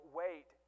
wait